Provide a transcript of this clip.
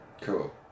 cool